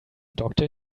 doctor